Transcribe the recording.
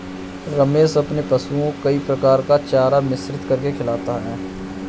रमेश अपने पशुओं को कई प्रकार का चारा मिश्रित करके खिलाता है